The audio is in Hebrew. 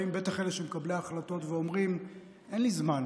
בטח אלה שהם מקבלי ההחלטות אומרים: אין לי זמן,